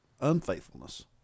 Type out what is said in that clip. unfaithfulness